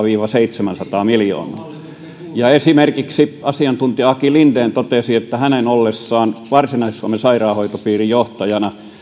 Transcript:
viiva seitsemänsataa miljoonaa esimerkiksi asiantuntija aki linden totesi että hänen ollessaan varsinais suomen sairaanhoitopiirin johtajana